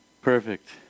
Perfect